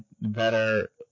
better